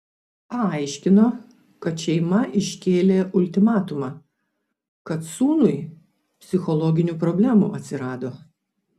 paaiškino kad šeima iškėlė ultimatumą kad sūnui psichologinių problemų atsirado